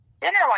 dinner